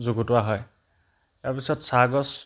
যোগোতোৱা হয় তাৰপিছত চাহগছ